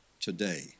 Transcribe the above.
today